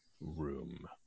room